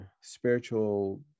spiritual